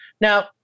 Now